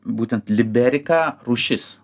būtent liberika rūšis